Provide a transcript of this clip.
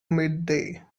midday